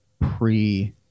pre